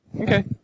Okay